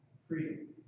freedom